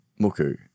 Muku